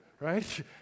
right